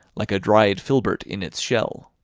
like a dried filbert in its shell.